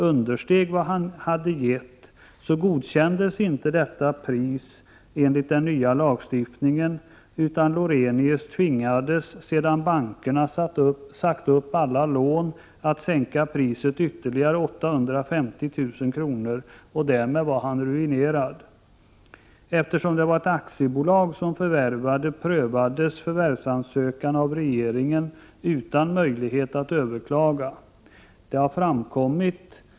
understeg vad han gett, godkändes inte detta pris enligt den nya lagstiftningen, utan Lorenius tvingades sedan bankerna sagt upp alla lån att sänka priset ytterligare 850 000 kr. Därmed var han ruinerad. Eftersom det var ett aktiebolag som förvärvade, prövades förvärvsansökan av regeringen utan möjlighet att överklaga.